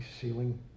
ceiling